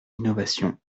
innovation